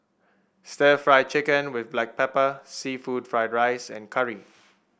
stir Fry Chicken with Black Pepper seafood Fried Rice and curry